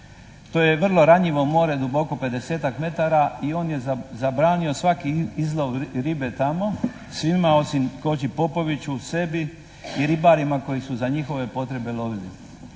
To je vrlo ranjivo more. Duboko 50-ak metara i on je zabranio svaki izlov ribe tamo svima onima Kođi Popoviću, sebi i ribarima koji su za njihove potrebe lovili.